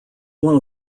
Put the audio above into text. one